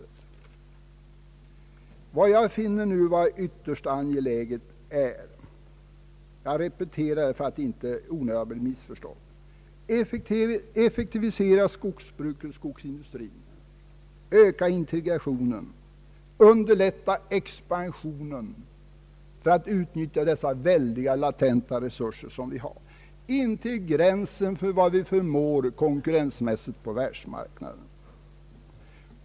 Jag finner det nu ytterst angeläget — jag repeterar för att inte i onödan bli missförstådd — att vi effektiviserar skogsbruk och skogsindustri, ökar integrationen och underlättar expansionen för att utnyttja de väldiga latenta resurser vi har, intill gränsen för vad vi förmår på världsmarknaden.